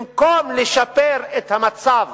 במקום לשפר את המצב